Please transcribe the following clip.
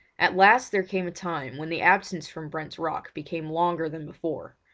at last there came a time when the absence from brent's rock became longer than before.